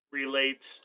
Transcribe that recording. relates